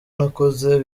nakoze